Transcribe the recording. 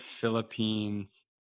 Philippines